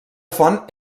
font